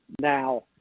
now